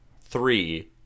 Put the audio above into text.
three